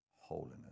holiness